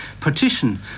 partition